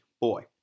boy